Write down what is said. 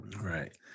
right